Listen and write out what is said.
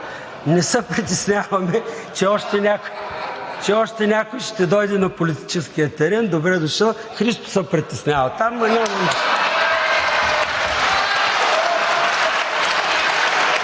Не се притесняваме, че още някой ще дойде на политическия терен – добре дошъл! Христо се притеснява